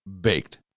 baked